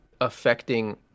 affecting